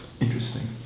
Interesting